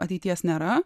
ateities nėra